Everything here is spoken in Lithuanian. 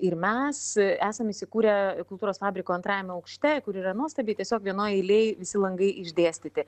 ir mes esam įsikūrę kultūros fabriko antrajame aukšte kur yra nuostabiai tiesiog vienoj eilėj visi langai išdėstyti